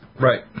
Right